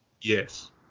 Yes